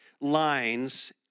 lines